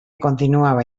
continuava